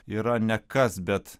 yra ne kas bet